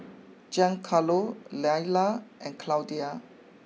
Giancarlo Lilla and Claudia